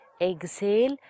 Exhale